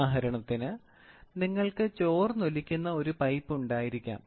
ഉദാഹരണത്തിന് നിങ്ങൾക്ക് ചോർന്നൊലിക്കുന്ന ഒരു പൈപ്പ് ഉണ്ടായിരിക്കാം